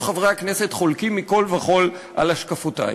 חברי הכנסת חולקים מכול וכול על השקפותי.